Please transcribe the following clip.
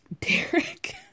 Derek